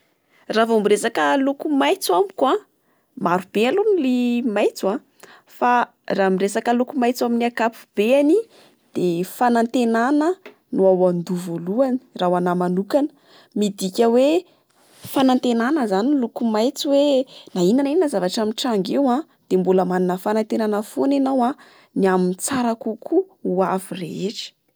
Raha vao miresaka loko maintso amiko a, maro be aloa ny maintso a, fa raha miresaka loko maintso amin'ny ankapobeany de fanantenana no ao ando vao loany raha ho anà manokana. Midika hoe fanantenana izany ny loko maintso hoe na inona na inona zavatra mitranga eo a de mbola manana fanantenana fôna enao ny amin'ny tsara kokoa ho avy reetra